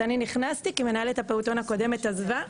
אני נכנסתי כי מנהלת הפעוטון הקודמת עזבה,